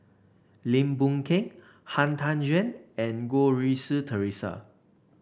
Lim Boon Keng Han Tan Juan and Goh Rui Si Theresa